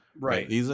Right